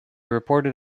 reported